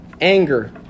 anger